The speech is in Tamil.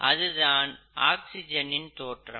அதுதான் ஆக்சிஜனின் தோற்றம்